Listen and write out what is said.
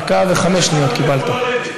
דקה וחמש שניות קיבלת,